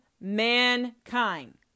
mankind